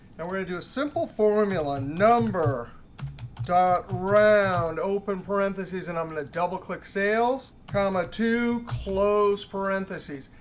and we're going to a simple formula number dot round open parentheses, and i'm going to double click sales comma two close parentheses.